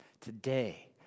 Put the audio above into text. Today